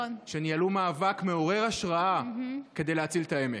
שניהלו מאבק מעורר השראה כדי להציל את העמק.